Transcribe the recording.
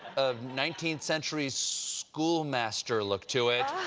nineteenth century school master look to it.